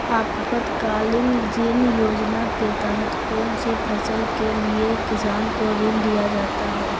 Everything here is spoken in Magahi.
आपातकालीन ऋण योजना के तहत कौन सी फसल के लिए किसान को ऋण दीया जाता है?